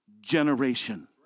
generation